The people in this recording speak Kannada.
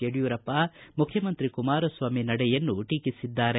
ಯಡಿಯೂರಪ್ಪ ಮುಖ್ಯಮಂತ್ರಿ ಕುಮಾರಸ್ವಾಮಿ ನಡೆಯನ್ನು ಟೀಕಿಸಿದ್ದಾರೆ